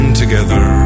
together